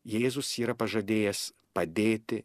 jėzus yra pažadėjęs padėti